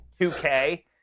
2K